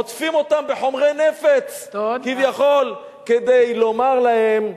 עוטפים אותם בחומרי נפץ, כביכול כדי לומר להם: